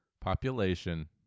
population